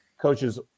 Coaches